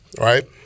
right